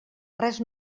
res